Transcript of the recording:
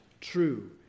True